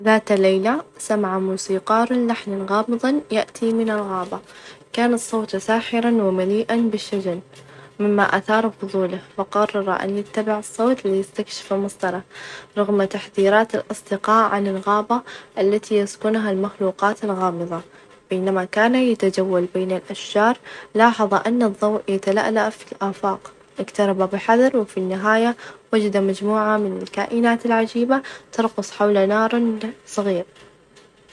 ذات ليلة سمع موسيقار لحن غامض يأتي من الغابة، كان الصوت ساحرًا، ومليئًا بالشجن مما أثار فظوله، فقرر أن يتبع الصوت ليستكشف مصدره، رغم تحذيرات الأصدقاء عن الغابة التي يسكنها المخلوقات الغامظة، بينما كان يتجول بين الأشجار لاحظ أن الظوء يتلألأ في الآفاق، اقترب بحذر وفي النهاية وجد مجموعة من الكائنات العجيبة ترقص حول نار صغير.